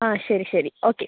ആ ശരി ശരി ഓക്കെ